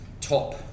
top